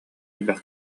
элбэх